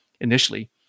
initially